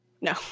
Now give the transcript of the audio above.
No